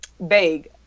vague